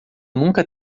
nunca